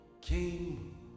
came